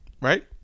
Right